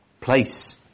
place